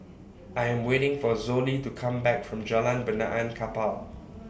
I Am waiting For Zollie to Come Back from Jalan Benaan Kapal